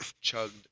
chugged